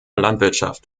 landwirtschaft